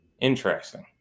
Interesting